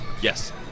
Yes